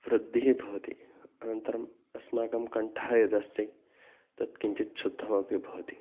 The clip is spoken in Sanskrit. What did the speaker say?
वृद्धिः भवति अनन्तरम् अस्माकं कण्ठः यः अस्ति तत् किञ्चित् शुद्धः अपि भवति